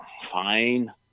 fine